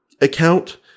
account